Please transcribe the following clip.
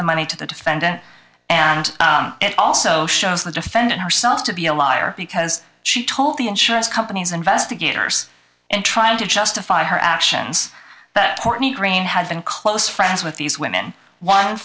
the money to the defendant and it also shows the defendant herself to be a liar because she told the insurance company's investigators in trying to justify her actions that courtney crane had been close friends with these women one